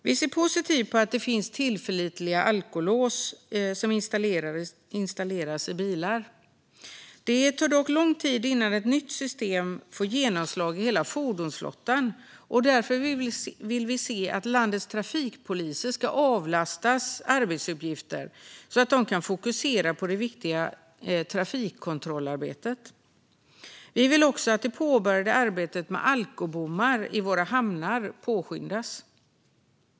Vi ser positivt på att det finns tillförlitliga alkolås som installeras i bilar. Det tar dock lång tid innan ett nytt system får genomslag i hela fordonsflottan. Därför vill vi se att landets trafikpoliser avlastas från arbetsuppgifter så att de kan fokusera på det viktiga trafikkontrollarbetet. Vi vill också att det påbörjade arbetet med alkobommar i våra hamnar påskyndas.